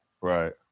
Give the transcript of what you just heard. Right